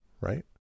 right